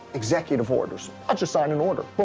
executive orders. i'll just sign an order. boom,